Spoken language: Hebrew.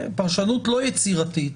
פרשנות לא יצירתית,